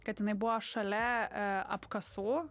kad jinai buvo šalia apkasų